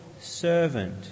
servant